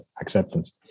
acceptance